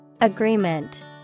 Agreement